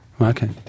Okay